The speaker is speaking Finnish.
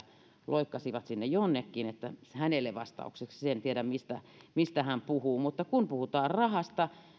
loikkasivat sinne jonnekin että hänelle vastaukseksi se että en tiedä mistä hän puhuu mutta kun puhutaan rahasta